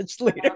later